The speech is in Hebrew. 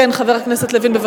חבר הכנסת לוין.